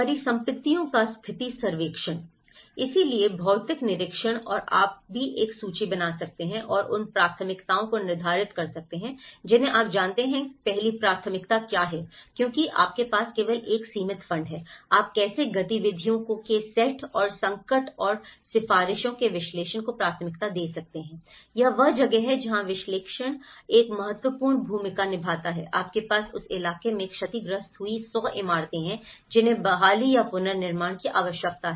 परिसंपत्तियों का स्थिति सर्वेक्षण इसलिए भौतिक निरीक्षण और आप भी एक सूची बना सकते हैं और उन प्राथमिकताओं को निर्धारित कर सकते हैं जिन्हें आप जानते हैं पहली प्राथमिकता क्या है क्योंकि आपके पास केवल एक सीमित फंड है आप कैसे गतिविधियों के सेट और संकट और सिफारिशों के विश्लेषण को प्राथमिकता दे सकते हैं यह वह जगह है जहाँ विश्लेषण एक महत्वपूर्ण भूमिका निभाता है आपके पास उस इलाके में क्षतिग्रस्त हुई सौ इमारतें हैं जिन्हें बहाली या पुनर्निर्माण की आवश्यकता है